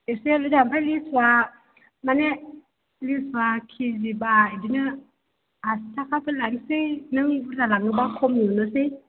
एसेल' दा ओमफ्राय लिसुआ माने लिसुआ केजि बा बिदिनो आसि थाखाफोर लानोसै नों बुरजा लाङोबा खमनि हरनोसै